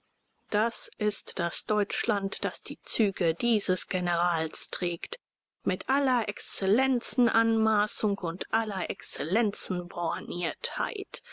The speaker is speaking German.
das ist das deutschland das die züge dieses generals trägt mit aller exzellenzenanmaßung und aller